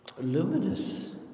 luminous